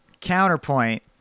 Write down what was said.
Counterpoint